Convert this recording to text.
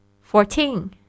Fourteen